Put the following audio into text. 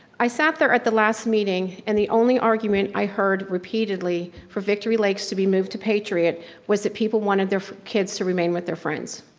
i sat there at the last meeting and the only argument i heard repeatedly for victory lakes to be moved to patriot was that people wanted their kids to remain with their friends.